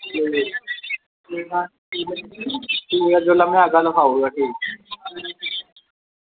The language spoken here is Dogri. ते ठीक ऐ जल्लै में आह्गा ते बनाई ओड़ेओ भी